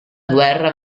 guerra